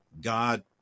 God